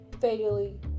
fatally